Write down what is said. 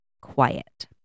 quiet